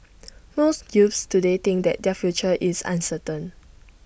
most youths today think that their future is uncertain